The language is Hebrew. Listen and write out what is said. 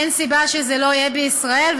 אין סיבה שזה לא יהיה בישראל,